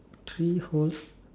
three holes